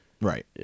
right